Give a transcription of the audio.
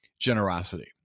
generosity